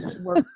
work